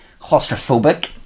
claustrophobic